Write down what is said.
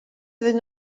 iddyn